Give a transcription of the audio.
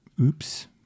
oops